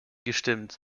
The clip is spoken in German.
gestimmt